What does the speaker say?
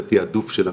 זה תיעדוף של המשטרה,